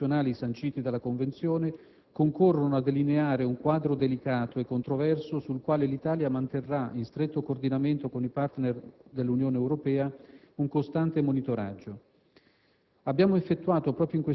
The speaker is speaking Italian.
dei principi costituzionali sanciti dalla convenzione, concorrono a delineare un quadro delicato e controverso sul quale l'Italia manterrà, in stretto coordinamento con i *partner* dell'Unione Europea, un costante monitoraggio.